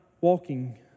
walking